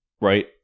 right